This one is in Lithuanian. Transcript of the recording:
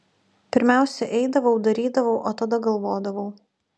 pirmiausia eidavau darydavau o tada galvodavau